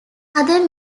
other